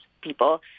people